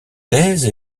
thèse